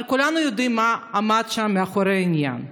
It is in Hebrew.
אבל כולנו יודעים מה עמד שם מאחורי העניין.